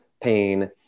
pain